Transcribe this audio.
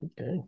okay